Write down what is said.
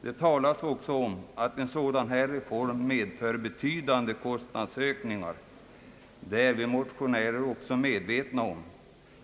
Det talas också om att en sådan reform medför betydande kostnadsök ningar. Det är vi motionärer medvetna om,